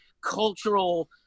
cultural